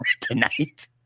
tonight